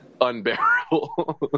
unbearable